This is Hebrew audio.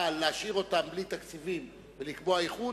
אבל להשאיר אותה בלי תקציבים ולקבוע איחוד,